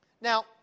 Now